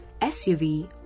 SUV